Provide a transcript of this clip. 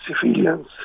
civilians